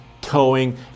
towing